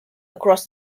across